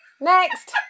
Next